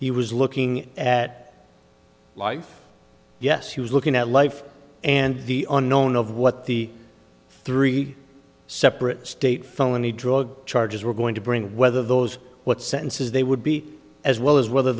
he was looking at life yes he was looking at life and the unknown of what the three separate state felony drug charges were going to bring whether those what sentences they would be as well as whether